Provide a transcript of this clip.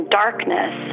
darkness